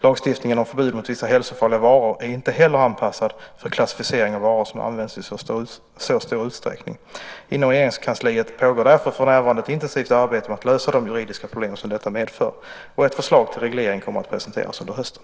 Lagstiftningen om förbud mot vissa hälsofarliga varor är inte heller anpassad för klassificering av varor som används i så stor utsträckning. Inom Regeringskansliet pågår därför för närvarande ett intensivt arbete med att lösa de juridiska problem som detta medför. Ett förslag till reglering kommer att presenteras under hösten.